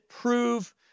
prove